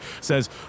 Says